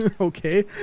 okay